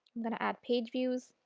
going to add page views